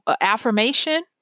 affirmation